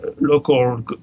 local